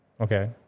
Okay